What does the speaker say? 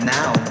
now